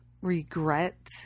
regret